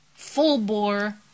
full-bore